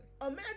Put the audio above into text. Imagine